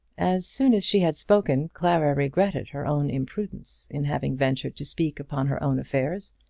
as soon as she had spoken, clara regretted her own imprudence in having ventured to speak upon her own affairs.